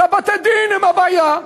זה בתי-הדין, הם הבעיה.